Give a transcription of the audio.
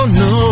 no